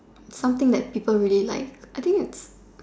something that people really like I think it's